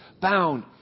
bound